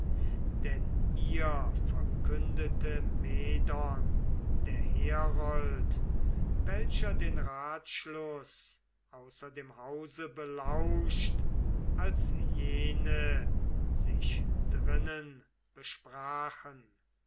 denn ihr verkündete medon der herold welcher den ratschluß außer dem hause belauscht als jene sich drinnen besprachen